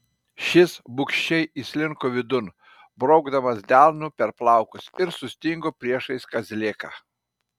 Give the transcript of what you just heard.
šis bugščiai įslinko vidun braukdamas delnu per plaukus ir sustingo priešais kazlėką